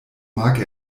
mag